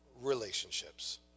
relationships